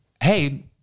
Hey